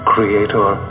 Creator